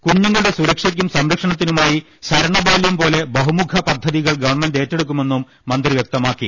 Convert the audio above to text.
കുഞ്ഞുങ്ങളുടെ സുര ക്ഷയ്ക്കും സംരക്ഷണത്തിനുമായി ശരണബാല്യം പോലെ ബഹു മുഖ പദ്ധതികൾ ഗവൺമെന്റ് ഏറ്റെടുക്കുമെന്നും മന്ത്രി വ്യക്ത മാക്കി